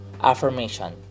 affirmation